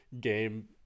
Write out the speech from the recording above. game